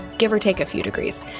give or take a few degrees.